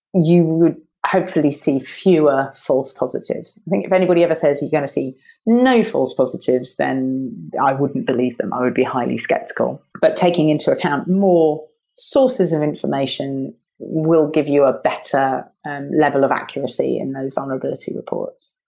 you would hopefully see fewer false positives. i think if anybody ever says you're and going to see no false positives, then i wouldn't believe them. i would be highly skeptical. but taking into account more sources of information will give you a better and level of accuracy in those vulnerability reports.